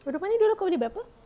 rumah ni dulu kau beli berapa